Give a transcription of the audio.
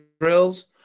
drills